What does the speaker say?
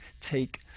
take